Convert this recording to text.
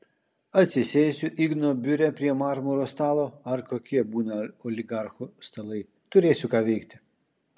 atsisėsiu igno biure prie marmuro stalo ar kokie būna oligarchų stalai turėsiu ką veikti